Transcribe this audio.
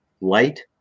light